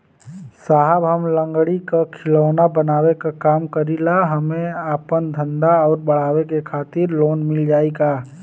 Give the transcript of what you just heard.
साहब हम लंगड़ी क खिलौना बनावे क काम करी ला हमके आपन धंधा अउर बढ़ावे के खातिर लोन मिल जाई का?